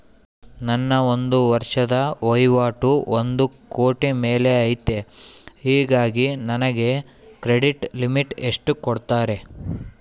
ನನ್ನ ಒಂದು ವರ್ಷದ ವಹಿವಾಟು ಒಂದು ಕೋಟಿ ಮೇಲೆ ಐತೆ ಹೇಗಾಗಿ ನನಗೆ ಕ್ರೆಡಿಟ್ ಲಿಮಿಟ್ ಎಷ್ಟು ಕೊಡ್ತೇರಿ?